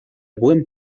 buen